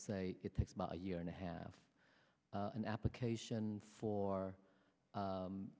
say it takes about a year and a half an application for